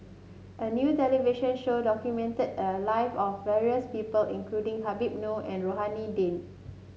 a new television show documented the life of various people including Habib Noh and Rohani Din